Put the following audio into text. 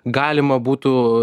galima būtų